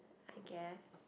I guess